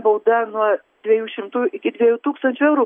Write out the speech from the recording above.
bauda nuo dviejų šimtų iki dviejų tūkstančių eurų